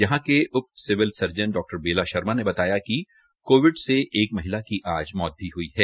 यहां के उप सिविल सर्जन डा बेला शर्मा ने बताया कि कोविड से एक महिला की आज मौत भी हई है